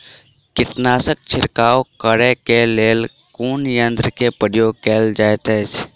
कीटनासक छिड़काव करे केँ लेल कुन यंत्र केँ प्रयोग कैल जाइत अछि?